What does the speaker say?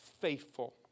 faithful